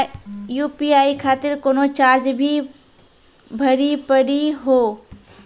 UPI खातिर कोनो charge भी भरी पड़ी हो?